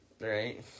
Right